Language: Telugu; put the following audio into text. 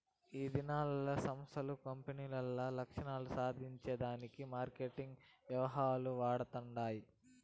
ఈదినాల్ల సంస్థలు, కంపెనీలు ఆల్ల లక్ష్యాలు సాధించే దానికి మార్కెటింగ్ వ్యూహాలు వాడతండాయి